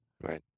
right